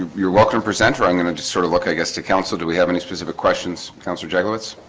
you're welcome presenter i'm gonna just sort of look i guess the council do we have any specific questions councillor jigglets